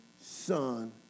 Son